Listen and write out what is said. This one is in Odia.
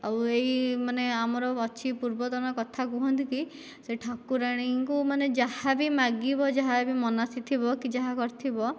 ଆଉ ଏହି ମାନେ ଆମର ଅଛି ପୂର୍ବତନ କଥା କୁହନ୍ତି କି ସେ ଠାକୁରଣୀଙ୍କୁ ମାନେ ଯାହାବି ମାଗିବ ଯାହାବି ମନାସି ଥିବ କି ଯାହା କରିଥିବ